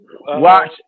watch